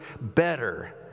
better